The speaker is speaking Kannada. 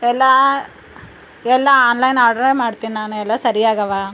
ಎಲ್ಲ ಎಲ್ಲ ಆನ್ಲೈನ್ ಆರ್ಡ್ರೇ ಮಾಡ್ತೀನಿ ನಾನು ಎಲ್ಲ ಸರಿಯಾಗವ